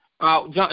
John